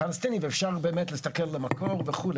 הפלסטינים ואפשר באמת להסתכל במקור וכו',